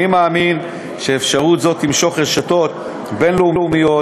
אני מאמין שאפשרות זו תמשוך רשתות בין-לאומיות